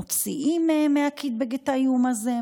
מוציאים מהקיטבג את האיום הזה,